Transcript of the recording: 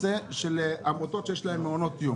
נושא העמותות שיש להן מעונות יום.